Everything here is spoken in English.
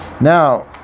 now